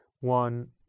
one